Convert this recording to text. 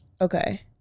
Okay